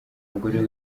umugore